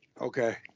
Okay